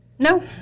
No